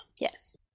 yes